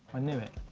i knew it.